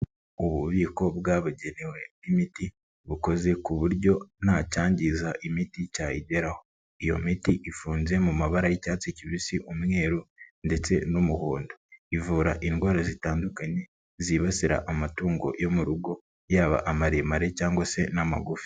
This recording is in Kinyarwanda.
Ububiko bwabugenewe bw'imiti bukoze ku buryo nta cyangiza imiti cyayigeraho, iyo miti ifunze mu mabara y'icyatsi kibisi, umweru ndetse n'umuhondo, ivura indwara zitandukanye zibasira amatungo yo mu rugo yaba amaremare cyangwa se n'amagufi.